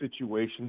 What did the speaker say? situation